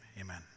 amen